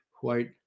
white